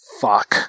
fuck